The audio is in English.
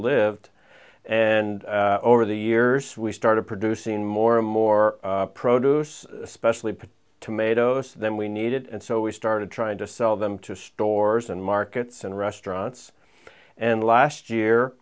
lived and over the years we started producing more and more produce specially put tomatoes than we needed and so we started trying to sell them to stores and markets and restaurants and last